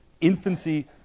infancy